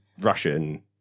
Russian